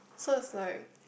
so it's like